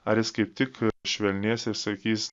ar jis kaip tik švelnės ir sakys